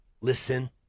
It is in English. Listen